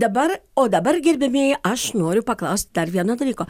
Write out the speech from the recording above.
dabar o dabar gerbiamieji aš noriu paklaust dar vieno dalyko